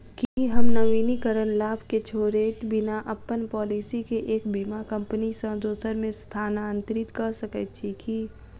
की हम नवीनीकरण लाभ केँ छोड़इत बिना अप्पन पॉलिसी केँ एक बीमा कंपनी सँ दोसर मे स्थानांतरित कऽ सकैत छी की?